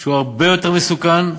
שהוא הרבה יותר מסוכן,